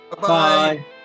Bye